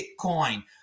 Bitcoin